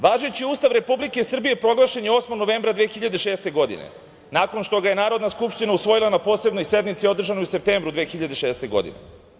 Važeći Ustav Republike Srbije proglašen je 8. novembra 2006. godine, nakon što ga je Narodna skupština usvojila na Posebnoj sednici održanoj u septembru 2006. godine.